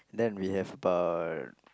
then we have about